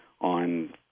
on